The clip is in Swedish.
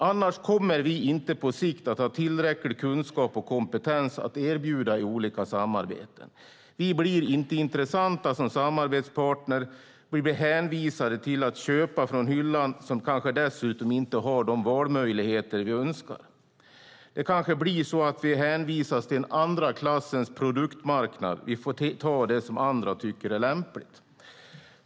Annars kommer vi på sikt inte att ha tillräcklig kunskap och kompetens att erbjuda i olika samarbeten. Vi blir inte intressanta som samarbetspartner. Vi blir hänvisade till att köpa från hyllan, som dessutom kanske inte har de valmöjligheter vi skulle önska. Vi kanske blir hänvisade till en andra klassens produktmarknad och får ta det som andra tycker är lämpligt.